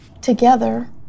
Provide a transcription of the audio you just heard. Together